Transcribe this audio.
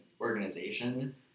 organization